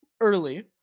early